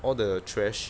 all the trash